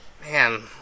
man